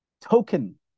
token